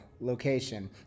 location